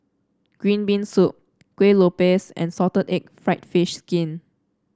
Green Bean Soup Kuih Lopes and Salted Egg fried fish skin